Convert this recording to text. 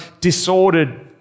disordered